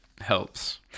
helps